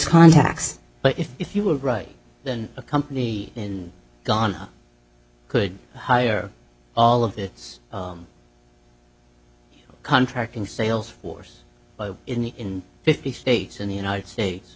contacts but if you were right then a company in gone could hire all of its contracting sales force in fifty states in the united states